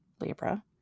Libra